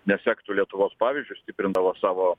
nesektų lietuvos pavyzdžiu stiprindamos savo